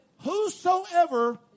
whosoever